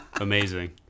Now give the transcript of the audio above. Amazing